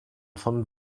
von